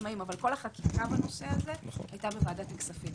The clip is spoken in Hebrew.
לעצמאים אבל כול החקיקה בנושא הזה הייתה בוועדת הכספים.